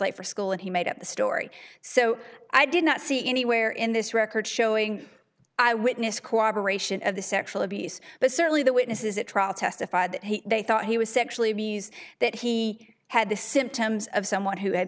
late for school and he made up the story so i did not see anywhere in this record showing i witnessed cooperate of the sexual abuse but certainly the witnesses at trial testified that he they thought he was sexually abused that he had the symptoms of someone who had